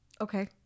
okay